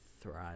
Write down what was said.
thrive